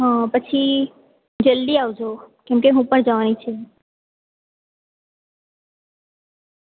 હ પછી જલ્દી આવજો કેમકે હું પણ જવાની છું